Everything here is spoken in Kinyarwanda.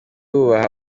wubaha